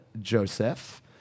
Joseph